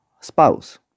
spouse